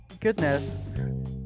Goodness